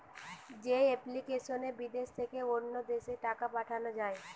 যে এপ্লিকেশনে বিদেশ থেকে অন্য দেশে টাকা পাঠান যায়